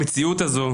במציאות הזו,